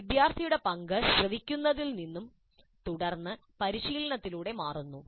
ഒരു വിദ്യാർത്ഥിയുടെ പങ്ക് ശ്രവിക്കുന്നതിൽ നിന്നും തുടർന്ന് പരിശീലനത്തിലൂടെയും മാറുന്നു